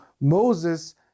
Moses